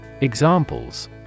Examples